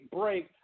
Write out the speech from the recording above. break